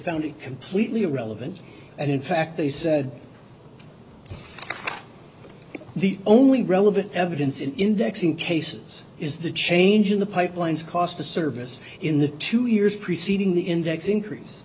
found it completely irrelevant and in fact they said the only relevant evidence in indexing cases is the change in the pipelines cost the service in the two years preceding the index in